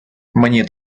мені